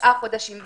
תשעה חודשים,